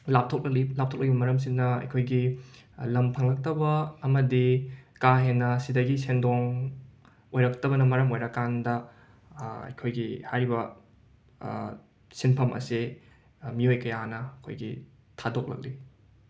ꯂꯥꯞꯊꯣꯛꯂꯤ ꯂꯥꯞꯊꯣꯛꯂꯤꯕ ꯃꯔꯝꯁꯤꯅ ꯑꯩꯈꯣꯏꯒꯤ ꯂꯝ ꯐꯪꯂꯛꯇꯕ ꯑꯃꯗꯤ ꯀꯥ ꯍꯦꯟꯅ ꯁꯤꯗꯒꯤ ꯁꯦꯟꯗꯣꯡ ꯑꯣꯏꯔꯛꯇꯕꯅ ꯃꯔꯝ ꯑꯣꯏꯔꯀꯥꯟꯗ ꯑꯩꯈꯣꯏꯒꯤ ꯍꯥꯏꯔꯤꯕ ꯁꯤꯟꯐꯝ ꯑꯁꯦ ꯃꯤꯌꯣꯏ ꯀꯌꯥꯅ ꯑꯩꯈꯣꯏꯒꯤ ꯊꯥꯗꯣꯛꯂꯛꯂꯤ